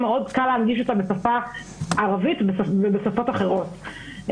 מאוד קל להנגיש אותה בשפה הערבית ובשפות אחרות.